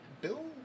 Bill